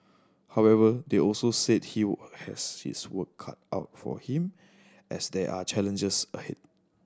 however they also said he has his work cut out for him as there are challenges ahead